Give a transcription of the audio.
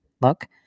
Look